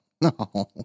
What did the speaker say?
no